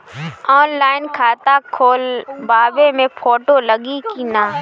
Online खाता खोलबाबे मे फोटो लागि कि ना?